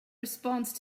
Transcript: response